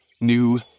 new